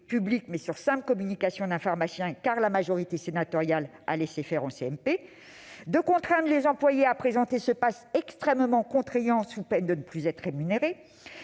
publique, mais sur simple communication d'un pharmacien, car la majorité sénatoriale a laissé faire en CMP ; de contraindre les employés à présenter ce passe extrêmement contraignant sous peine de ne plus être rémunéré